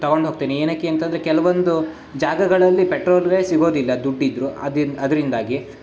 ತೊಗೊಂಡು ಹೋಗ್ತೀನಿ ಏನಕ್ಕೆ ಅಂತಂದರೆ ಕೆಲವೊಂದು ಜಾಗಗಳಲ್ಲಿ ಪೆಟ್ರೋಲೇ ಸಿಗೋದಿಲ್ಲ ದುಡ್ಡಿದ್ರೂ ಅದನ್ನ ಅದರಿಂದಾಗಿ